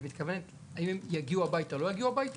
את מתכוונת האם הם יגיעו הביתה או לא יגיעו הביתה?